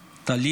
מצטט,